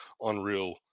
unreal